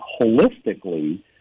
holistically